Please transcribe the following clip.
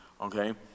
okay